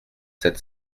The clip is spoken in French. sept